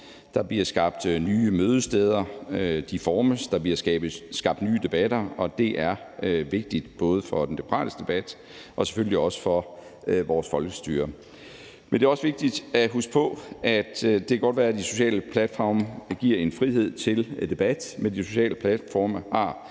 Der bliver skabt nye mødesteder, og de formes. Der bliver skabt nye debatter, og det er vigtigt, både for den demokratiske debat og selvfølgelig også for vores folkestyre. Men det er også vigtigt at huske på, at det godt kan være, at de sociale platforme giver en frihed til debat, men de sociale platforme har